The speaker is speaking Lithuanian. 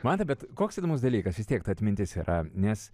mantai bet koks įdomus dalykas vis tiek ta atmintis yra nes